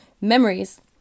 memories